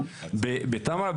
בטמרה,